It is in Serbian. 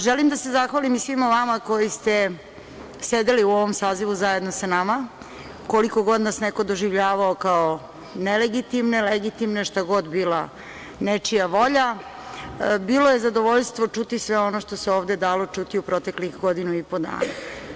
Želim da se zahvalim i svima vama koji ste sedeli u ovom sazivu zajedno sa nama, koliko god nas neko doživljavao kao nelegitimne, legitimne, šta god bila nečija volja, bilo je zadovoljstvo čuti sve ono što se dalo čuti u proteklih godinu i po dana.